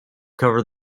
cover